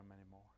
anymore